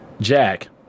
Jack